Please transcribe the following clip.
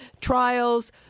trials